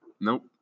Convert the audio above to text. Nope